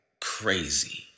crazy